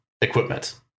equipment